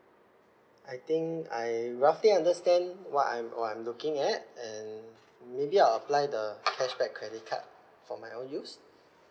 I think I roughly understand what I'm what I'm looking at and maybe I'll apply the cashback credit card for my own use